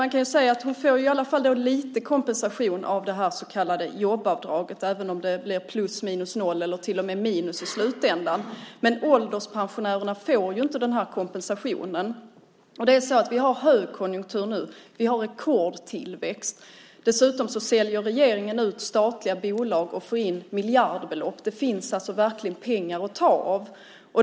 Man kan ju säga att hon i alla fall får lite kompensation av det här så kallade jobbavdraget - även om det blir plus minus noll eller till och med minus i slutändan. Men ålderspensionärerna får inte den här kompensationen. Vi har högkonjunktur nu. Vi har rekordtillväxt. Dessutom säljer regeringen ut statliga bolag och får in miljardbelopp. Det finns alltså verkligen pengar att ta av.